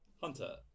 Hunter